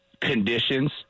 conditions